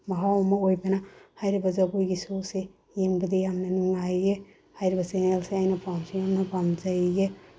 ꯃꯍꯥꯎ ꯑꯃ ꯑꯣꯏꯕꯅ ꯍꯥꯏꯔꯤꯕ ꯖꯒꯣꯏꯒꯤ ꯁꯣꯁꯦ ꯌꯦꯡꯕꯗ ꯌꯥꯝꯅ ꯅꯨꯡꯉꯥꯏꯌꯦ ꯍꯥꯏꯔꯤꯕꯁꯤꯡ ꯑꯁꯦ ꯑꯩꯅ ꯇꯁꯦꯡꯅ ꯄꯥꯝꯖꯩꯌꯦ